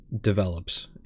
develops